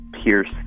pierce